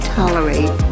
tolerate